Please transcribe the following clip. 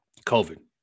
COVID